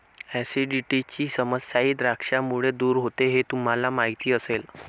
ऍसिडिटीची समस्याही द्राक्षांमुळे दूर होते हे तुम्हाला माहिती असेल